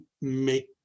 make